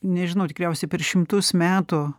nežinau tikriausiai per šimtus metų